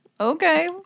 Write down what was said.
okay